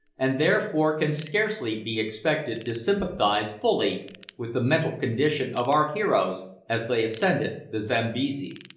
and therefore can scarcely be expected to sympathise fully with the mental condition of our heroes as they ascended the zambesi.